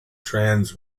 trans